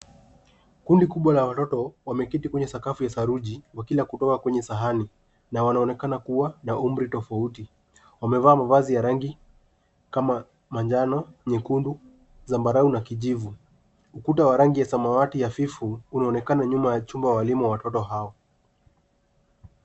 Kundi kubwa la watoto, wameketi kwenye sakafu ya saruji wakila kutoka kwenye sahani. Na wanaonekana kuwa na umri tofauti. Wamevaa mavazi ya rangi kama majano, nyekundu, zambarau na kijivu. Ukuta wa rangi ya samawati hafifu unaonekana nyuma ya chumba walimu wa watoto hao.